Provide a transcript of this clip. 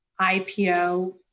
IPO